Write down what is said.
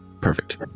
Perfect